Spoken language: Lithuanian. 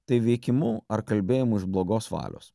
tai veikimu ar kalbėjimu iš blogos valios